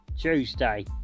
Tuesday